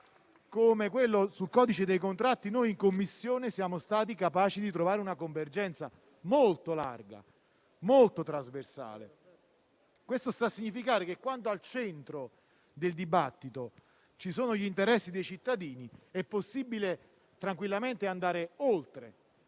come quello sul codice dei contratti, noi in Commissione siamo stati capaci di trovare una convergenza molto larga e trasversale. Ciò sta a significare che, quando al centro del dibattito ci sono gli interessi dei cittadini, è possibile tranquillamente andare oltre